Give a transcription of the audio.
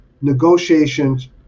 negotiations